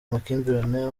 amakimbirane